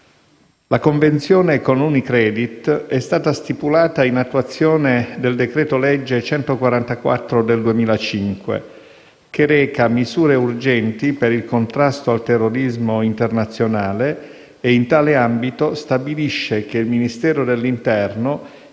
La convenzione con Unicredit è stata stipulata in attuazione del decreto legge n. 144 del 2005, che reca misure urgenti per il contrasto del terrorismo internazionale e - in tale ambito - stabilisce che il Ministero dell'interno